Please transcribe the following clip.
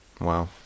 wow